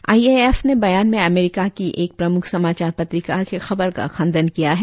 I A F ने बयान में अमरीका की एक प्रमुख समाचार पत्रिका की खबर का खण्डन किया है